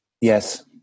Yes